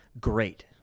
great